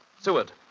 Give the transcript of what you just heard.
Seward